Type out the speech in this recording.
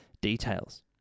Details